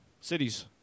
Cities